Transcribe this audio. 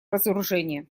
разоружение